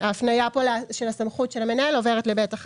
הפנייה פה של הסמכות של המנהל עוברת ל-(ב1),